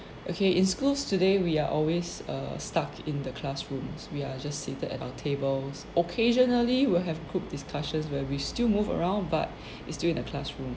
okay in schools today we are always uh stuck in the classrooms we are just seated at our tables occasionally we'll have group discussions where we still move around but it's still in the classroom